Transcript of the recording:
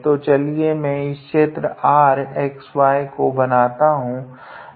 तो चलिए मैं इस क्षेत्र R xy को बनता हूँ